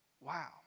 wow